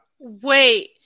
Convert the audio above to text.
Wait